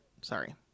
Sorry